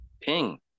ping